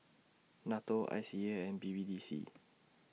NATO I C A and B B D C